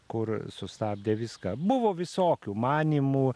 kur sustabdė viską buvo visokių manymu